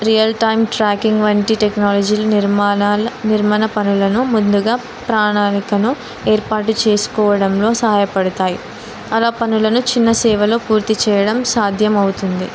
real time tracking వంటి టెక్నాలజీలు నిర్మాణాల నిర్మాణ పనులను ముందుగా ప్రణాళికను ఏర్పాటు చేసుకోవడంలో సహాయపడతాయి అలా పనులను చిన్న సేవలో పూర్తి చెయ్యడం సాధ్యమవుతుంది